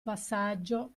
passaggio